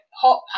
hot